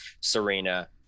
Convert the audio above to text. Serena